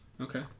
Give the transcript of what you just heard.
Okay